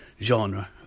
genre